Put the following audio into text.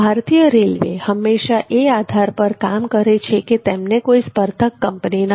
ભારતીય રેલવે હંમેશા એ આધાર પર કામ કરે છે કે તેમને કોઈ સ્પર્ધક કંપની નથી